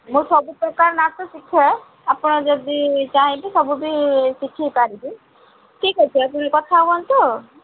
ମୁଁ ସବୁ ପ୍ରକାର ନାଚ ଶିଖାଏ ଆପଣ ଯଦି ଚାହିଁବେ ସବୁ ବି ଶିଖେଇପାରିବି ଠିକ୍ ଅଛି ଆଜି କଥା ହୁଅନ୍ତୁ